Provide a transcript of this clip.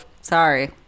sorry